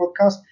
podcast